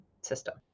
system